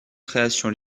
création